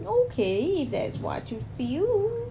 okay if that's what you feel